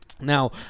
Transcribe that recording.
now